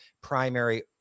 primary